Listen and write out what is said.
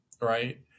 right